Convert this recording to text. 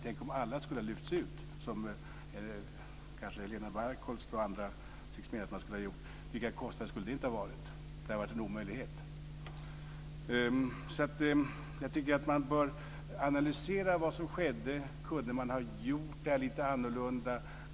Tänk om alla skulle ha lyfts ut, som Helena Bargholtz och andra tycks mena att man skulle ha gjort! Vilka kostnader skulle inte det ha inneburit? Det hade varit en omöjlighet. Jag tycker alltså att man bör analysera vad som skedde. Kunde man ha gjort detta lite annorlunda?